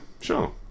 sure